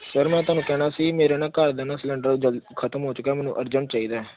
sir ਮੈਂ ਤੁਹਾਨੂੰ ਕਹਿਣਾ ਸੀ ਮੇਰੇ ਨਾ ਘਰਦਾ ਨਾ ਸਿਲੰਡਰ ਜਲ ਖ਼ਤਮ ਹੋ ਚੁੱਕਾ ਮੈਨੂੰ ਅਰਜੈਂਟ ਚਾਹੀਦਾ